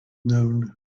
known